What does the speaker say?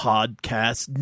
Podcast